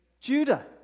Judah